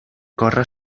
corro